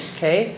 Okay